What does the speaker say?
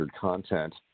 content